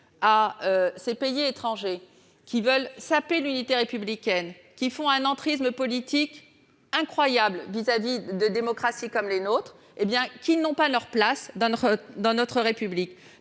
à ces pays étrangers, qui veulent saper l'unité républicaine et qui font preuve d'un entrisme politique incroyable dans une démocratie comme la nôtre, qu'ils n'ont pas leur place dans notre République.